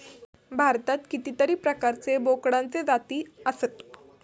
भारतात कितीतरी प्रकारचे बोकडांचे जाती आसत